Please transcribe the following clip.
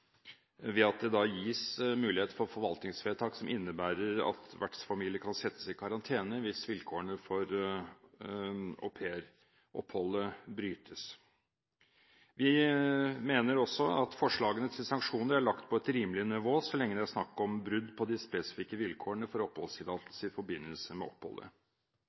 ved at det gis mulighet for forvaltningsvedtak som innebærer at vertsfamilien kan settes i karantene hvis vilkårene for aupairoppholdet brytes. Vi mener også at forslagene til sanksjoner er lagt på et rimelig nivå så lenge det er snakk om brudd på de spesifikke vilkårene for oppholdstillatelse i forbindelse med oppholdet.